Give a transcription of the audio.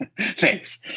Thanks